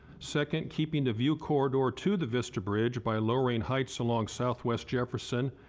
second, keeping the view corridor to the vista bridge by lowering heights along southwest jefferson,